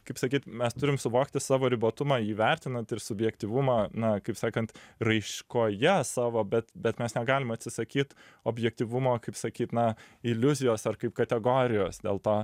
kaip sakyt mes turim suvokti savo ribotumą jį vertinant ir subjektyvumą na kaip sakant raiškoje savo bet bet mes negalim atsisakyt objektyvumo kaip sakyt na iliuzijos ar kaip kategorijos dėl to